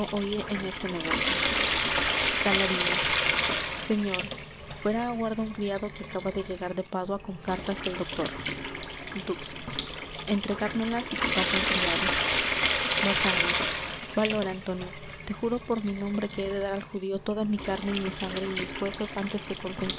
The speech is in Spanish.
en este negocio salarino señor fuera aguarda un criado que acaba de llegar de pádua con cartas del doctor dux entregádmelas y que pase el criado basanio valor antonio te juro por mi nombre que he de dar al judío toda mi carne y mi sangre y mis huesos antes que